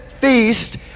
feast